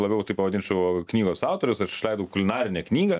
labiau tai pavadinčiau knygos autorius aš išleidau kulinarinę knygą